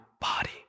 body